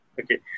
Okay